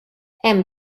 hemm